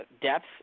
depth